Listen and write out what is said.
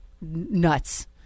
nuts